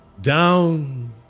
Down